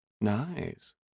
Nice